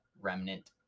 remnant